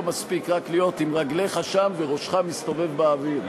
לא מספיק רק להיות עם רגליך שם וראשך מסתובב באוויר.